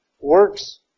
works